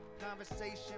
Conversation